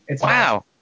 Wow